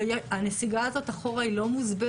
אבל הנסיגה הזו אחורה היא לא מוסברת.